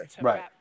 Right